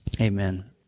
Amen